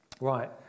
Right